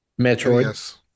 Metroid